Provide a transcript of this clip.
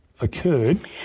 occurred